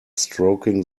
stroking